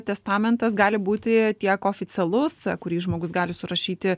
testamentas gali būti tiek oficialus kurį žmogus gali surašyti